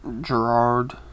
Gerard